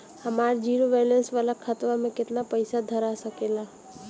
हमार zero balance वाला खतवा म केतना पईसा धरा सकेला?